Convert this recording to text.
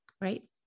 right